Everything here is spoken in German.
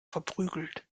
verprügelt